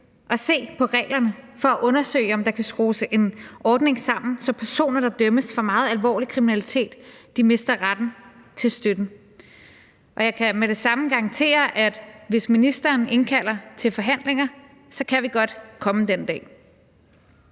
at se på reglerne for at undersøge, om der kan skrues en ordning sammen, så personer, der dømmes for meget alvorlig kriminalitet, mister retten til støtten. Jeg kan med det samme garantere, at hvis ministeren indkalder til forhandlinger, kan vi godt komme den dag.